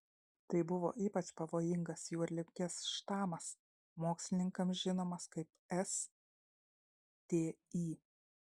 tai buvo ypač pavojingas juodligės štamas mokslininkams žinomas kaip sti